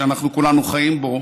שאנחנו כולנו חיים בו,